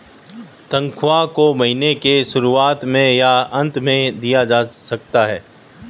तन्ख्वाह को महीने के शुरुआत में या अन्त में दिया जा सकता है